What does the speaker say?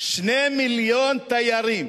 2 מיליוני תיירים